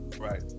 Right